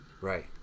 Right